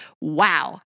Wow